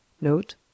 Note